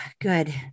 good